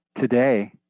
today